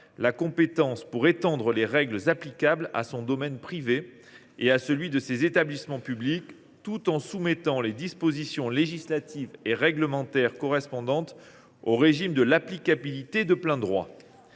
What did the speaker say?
la faculté d’étendre les règles applicables à son domaine privé et à celui de ses établissements publics, tout en soumettant les dispositions législatives et réglementaires correspondantes au régime de l’applicabilité de plein droit.